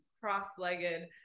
cross-legged